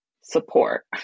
support